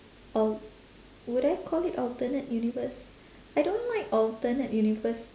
al~ would I call it alternate universe I don't like alternate universe